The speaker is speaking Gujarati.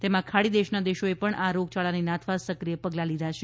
તેમાં ખાડી દેશના દેશોએ પણ આ રોગયાળાને નાથવા સક્રિય પગલા લીધા છે